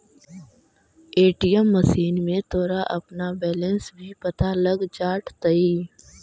ATM machine में तोरा अपना बैलन्स भी पता लग जाटतइ